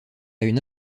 une